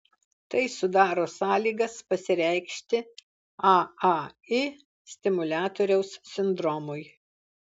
tai sudaro sąlygas pasireikšti aai stimuliatoriaus sindromui